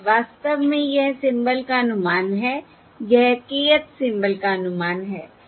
वास्तव में यह सिंबल का अनुमान है यह kth सिंबल का अनुमान है